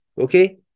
Okay